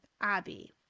Abby